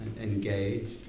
engaged